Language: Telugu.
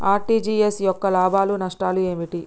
ఆర్.టి.జి.ఎస్ యొక్క లాభాలు నష్టాలు ఏమిటి?